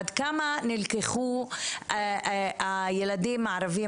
עד כמה נלקחו הילדים הערבים,